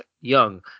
Young